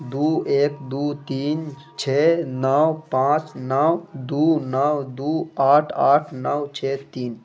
دو ایک دو تین چھ نو پانچ نو دو نو دو آٹھ آٹھ نو چھ تین